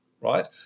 right